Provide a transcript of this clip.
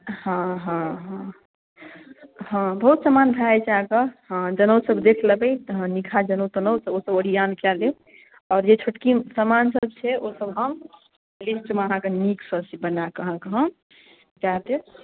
हँ हँ हँ हँ बहुत सामान भए जाइ छै अहाँकेँ हँ जनेऊसभ देख लेबै तऽ निकहा जनेऊ तनेऊ तखन ओ सब ओरिआन कए लेब आओर जे छोटकी सामानसभ छै ओसभ हम लिस्टमे अहाँके नीकसँ से बना कऽ अहाँकेँ हम दए देब